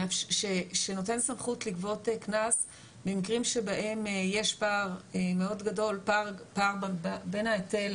שנותן סמכות לגבות קנס במקרים שבהם יש פער בין ההיטל